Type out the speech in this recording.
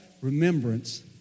remembrance